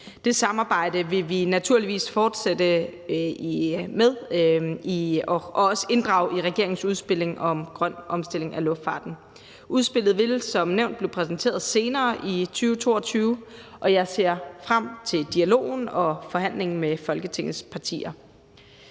Det samarbejde vil vi naturligvis fortsætte med og også inddrage i regeringens udspil om en grøn omstilling af luftarten. Udspillet vil som nævnt blive præsenteret senere i 2022, og jeg ser frem til dialogen og forhandlingen med Folketingets partier.